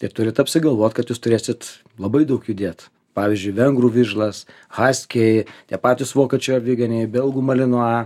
tai turit apsigalvot kad jūs turėsit labai daug judėt pavyzdžiui vengrų vižlas haskiai tie patys vokiečių aviganiai belgų malinua